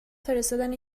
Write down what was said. فرستادن